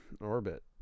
Orbit